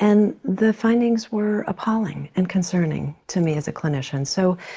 and the findings were appalling and concerning to me as a clinician. so